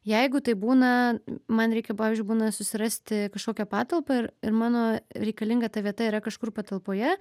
jeigu tai būna man reikia pavyzdžiui būna susirasti kažkokią patalpą ir ir mano reikalinga ta vieta yra kažkur patalpoje